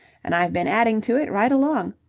and i've been adding to it right along.